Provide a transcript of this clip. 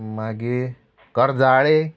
मागी कर्जाळे